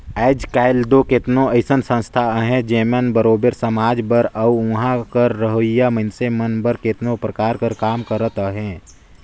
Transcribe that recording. आएज काएल दो केतनो अइसन संस्था अहें जेमन बरोबेर समाज बर अउ उहां कर रहोइया मइनसे मन बर केतनो परकार कर काम करत अहें